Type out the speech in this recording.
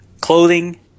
clothing